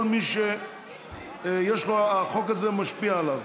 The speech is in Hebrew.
כל מי שהחוק הזה משפיע עליו.